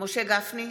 משה גפני,